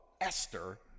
Esther